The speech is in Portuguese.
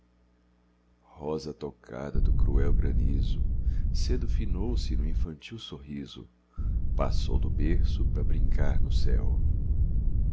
rosa tocada do cruel granizo cedo finou se e no infantil sorriso passou do berço pra brincar no céu